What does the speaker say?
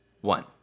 one